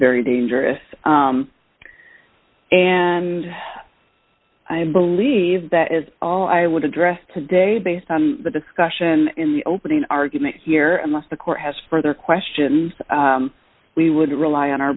very dangerous and i believe that is all i would address today based on the discussion in the opening argument here unless the court has further questions we would rely on our